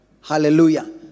Hallelujah